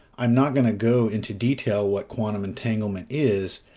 i'm not going to go into detail what quantum entanglement is,